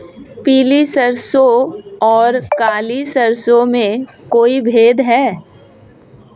पीली सरसों और काली सरसों में कोई भेद है?